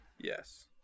Yes